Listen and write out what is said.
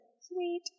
Sweet